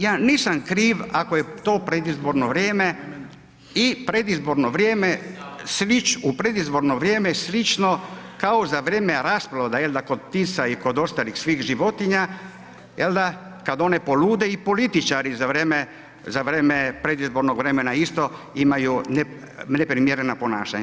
Ja nisam kriv ako je to predizborno vrijeme i predizborno vrijeme … u predizborno vrijeme slično kao za vrijeme rasprodaje jel da, kod tisa i kod ostalih svih životinja, jel da, kada one polude i političari za vrijeme, predizbornog vremena isto imaju neprimjerena ponašanja.